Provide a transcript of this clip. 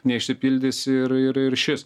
neišsipildys ir ir ir šis